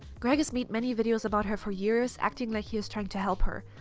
greg has made many videos about her for years, acting like he is trying to help her.